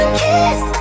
kiss